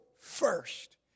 first